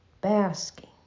basking